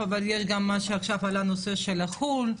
צריך לעשות חושבים.